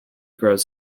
grows